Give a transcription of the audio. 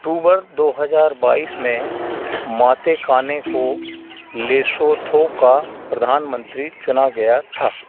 अक्टूबर दो हज़ार बाईस में मातेकाने को लेसोथो का प्रधान मंत्री चुना गया था